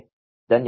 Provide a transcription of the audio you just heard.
ಧನ್ಯವಾದಗಳು